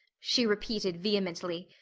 she repeated vehemently.